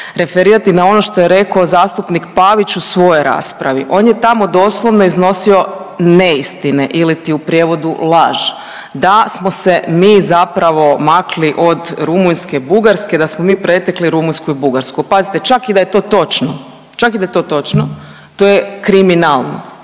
referirati na ono što je rekao zastupnik Pavić u svojoj raspravi. On je tamo doslovno iznosio neistine iliti u prijevodu laž, da smo se mi zapravo makli od Rumunjske i Bugarske i da smo mi pretekli Rumunjsku i Bugarsku. Pazite, čak i da je to točno, čak i da je to točno to je kriminalno